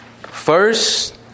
First